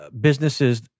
businesses